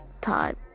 time